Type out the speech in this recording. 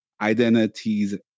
identities